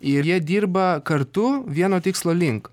ir jie dirba kartu vieno tikslo link